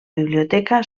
biblioteca